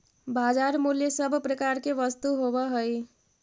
बाजार मूल्य सब प्रकार के वस्तु के होवऽ हइ